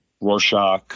Rorschach